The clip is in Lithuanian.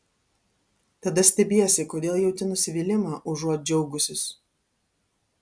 tada stebiesi kodėl jauti nusivylimą užuot džiaugusis